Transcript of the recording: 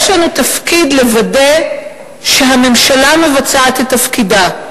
יש לנו תפקיד לוודא שהממשלה מבצעת את תפקידה.